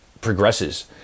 progresses